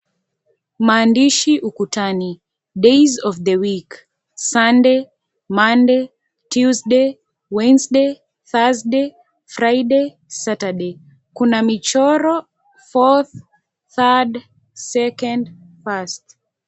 Maandishi ukutani, day's of the week , Sunday, Monday, Tuesday, Wednesday, Thursday, Friday, Saturday, kuna michoro 4th, 3rd, 2nd, 1st .